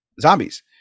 zombies